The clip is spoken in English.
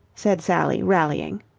said sally rallying.